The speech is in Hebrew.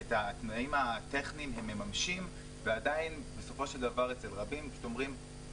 את התנאים הטכניים הם מממשים ועדיין בסופו של דבר אצל רבים פשוט אומרים,